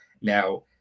now